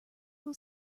will